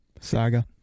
Saga